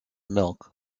milk